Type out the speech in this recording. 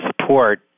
support